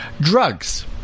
drugs